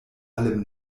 allem